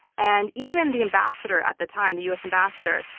and even the ambassador at the time, the us ambassador,